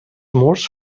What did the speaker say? murs